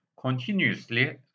continuously